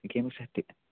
गेमसाठी